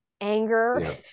anger